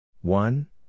one